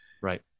Right